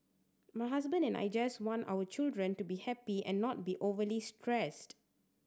my husband and I just want our children to be happy and not be overly stressed